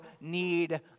need